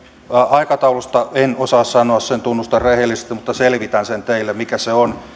aikataulusta en osaa sanoa sen tunnustan rehellisesti mutta selvitän sen teille mikä se on